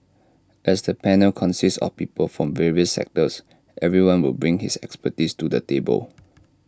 as the panel consists of people from various sectors everyone will bring his expertise to the table